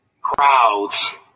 crowds